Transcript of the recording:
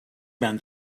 been